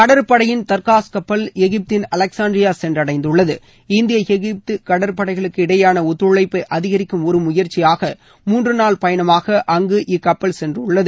கடற்படையின் தர்காஷ் கப்பல் எகிப்தின் அலெக்ஸாண்டரியா சென்றடைந்துள்ளதுஇந்திய எகிப்து கடற்படைகளுக்கு இடையேயான ஒத்துழைப்பை அதிகரிக்கும் ஒரு முயற்சியாக மூன்று நாள் பயணமாக அங்கு இக்கப்பல் சென்றுள்ளது